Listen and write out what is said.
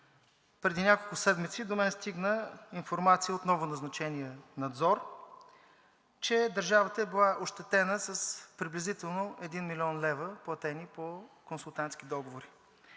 Преди няколко седмици до мен стигна информация от новоназначения Надзор, че държавата е била ощетена с приблизително 1 млн. лв. платени по консултантски договори.